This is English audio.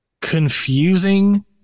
confusing